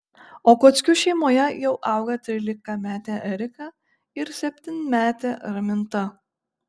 okockių šeimoje jau auga trylikametė erika ir septynmetė raminta